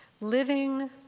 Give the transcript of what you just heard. Living